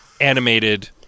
animated